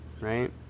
right